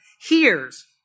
hears